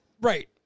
Right